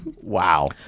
Wow